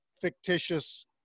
fictitious